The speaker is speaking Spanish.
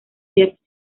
jeff